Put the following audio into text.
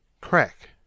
Crack